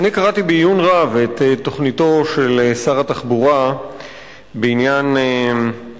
אני קראתי בעיון רב את תוכניתו של שר התחבורה בעניין הרכבת,